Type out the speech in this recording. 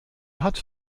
hat